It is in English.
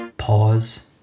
Pause